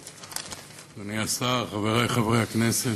אדוני השר, חברי חברי הכנסת,